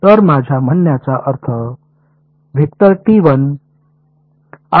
तर माझ्या म्हणण्याचा अर्थ तेच आहे